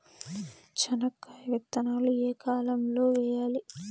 చెనక్కాయ విత్తనాలు ఏ కాలం లో వేయాలి?